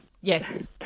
Yes